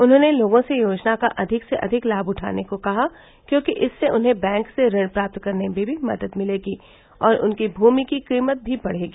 उन्होंने लोगों से योजना का अधिक से अधिक लाभ उठाने को कहा क्योंकि इससे उन्हें बैंक से ऋण प्राप्त करने में भी मदद मिलेगी और उनकी भूमि की कीमत भी बढ़ेगी